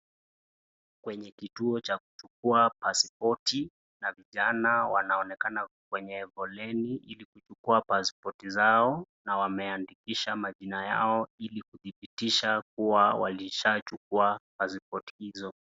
Kwenye kituo cha kuchukua pasipoti na vijana wanaonekana kwenye foleni ili kuchukua pasipoti zao na wameandikisha majina yao ili kudhibitisha kuwa walishachukua pasipoti hizo.